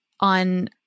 on